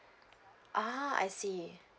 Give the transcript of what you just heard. ah I see